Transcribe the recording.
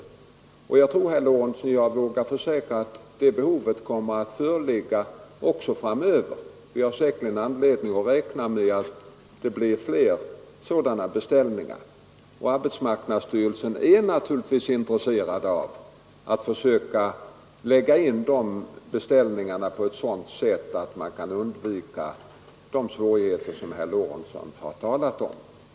Jag vågar försäkra herr Lorentzon att behovet av sådana skodon kommer att föreligga också framöver. Vi har säkerligen anledning att räkna med att det blir fler sådana beställningar, och arbetsmarknadsstyrelsen är naturligtvis intresserad av att medverka till att lägga in de beställningarna på ett sådant sätt att man kan undvika de svårigheter som herr Lorentzon har talat om.